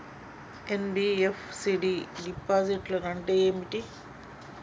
NBFC డిపాజిట్లను అంటే ఏంటి?